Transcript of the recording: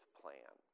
plan